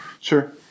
Sure